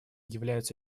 является